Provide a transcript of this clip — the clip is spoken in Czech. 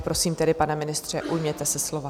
Prosím tedy, pane ministře, ujměte se slova.